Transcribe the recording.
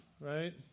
right